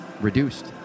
reduced